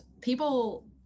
people